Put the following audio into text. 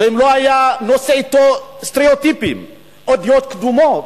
ולא היה נושא אתו סטריאוטיפים או דעות קדומות,